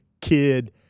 kid